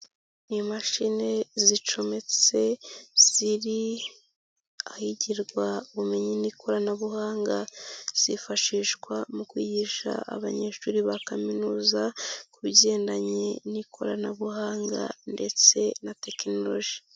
Ni imashini zicometse ziri ahigirarwa ubumenyi n'ikoranabuhanga, zifashishwa mu kwigisha abanyeshuri ba kaminuza ku bigendanye n'ikoranabuhanga ndetse na tekinoloji.